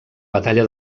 batalla